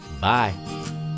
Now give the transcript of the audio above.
Bye